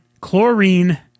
chlorine